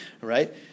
right